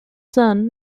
son